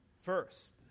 first